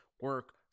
Work